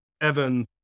Evan